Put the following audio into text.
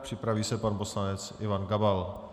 Připraví se pan poslanec Ivan Gabal.